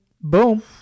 Boom